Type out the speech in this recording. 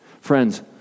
Friends